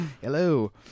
Hello